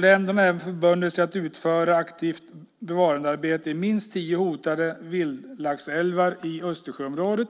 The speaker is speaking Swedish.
Länderna har även förbundit sig att utföra aktivt bevarandearbete i minst tio hotade vildlaxälvar i Östersjöområdet